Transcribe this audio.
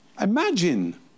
Imagine